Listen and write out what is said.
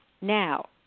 Now